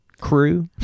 crew